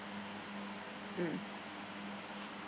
mm